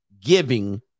giving